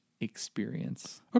experience